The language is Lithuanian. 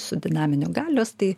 su dinaminiu galios tai